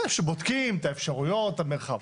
אחרי שבודקים את האפשרויות, את המרחב.